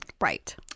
Right